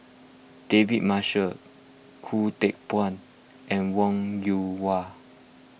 David Marshall Khoo Teck Puat and Wong Yoon Wah